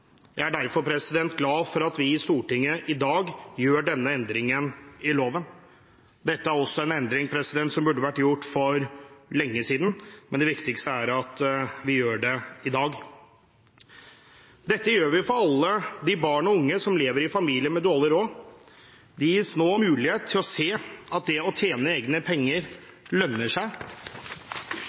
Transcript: Jeg er derfor glad for at vi i Stortinget i dag gjør denne endringen i loven. Dette er også en endring som burde vært gjort for lenge siden, men det viktigste er at vi gjør den i dag. Dette gjør vi for alle de barn og unge som lever i familier med dårlig råd. De gis nå mulighet til å se at det å tjene egne penger lønner seg.